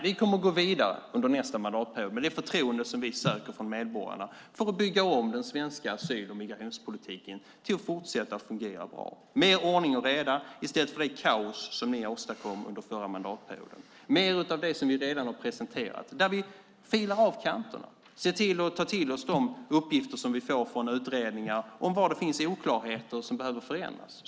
Vi kommer att gå vidare under nästa mandatperiod med det förtroende som vi söker från medborgarna för att bygga om den svenska asyl och migrationspolitiken till att fortsätta fungera bra. Mer ordning och reda i stället för det kaos som ni åstadkom under förra mandatperioden. Mer av det som vi redan har presenterat, där vi filar av kanterna, ser till att ta till oss de uppgifter som vi får från utredningar om var det finns oklarheter som behöver förändras.